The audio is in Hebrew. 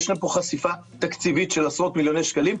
יש לכם פה חשיפה תקציבית של עשרות מיליוני שקלים,